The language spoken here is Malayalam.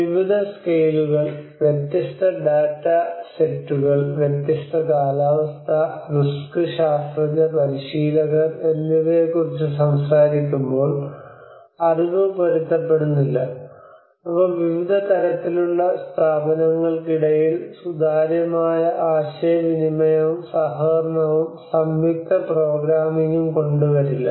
വിവിധ സ്കെയിലുകൾ വ്യത്യസ്ത ഡാറ്റ സെറ്റുകൾ വ്യത്യസ്ത കാലാവസ്ഥ റിസ്ക് ശാസ്ത്രജ്ഞ പരിശീലകർ എന്നിവയെക്കുറിച്ച് സംസാരിക്കുമ്പോൾ അറിവ് പൊരുത്തപ്പെടുന്നില്ല അവ വിവിധ തലത്തിലുള്ള സ്ഥാപനങ്ങൾക്കിടയിൽ സുതാര്യമായ ആശയവിനിമയവും സഹകരണവും സംയുക്ത പ്രോഗ്രാമിംഗും കൊണ്ടുവരില്ല